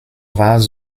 rares